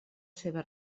seva